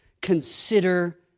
consider